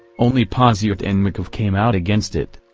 only posyet and makov came out against it.